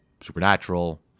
Supernatural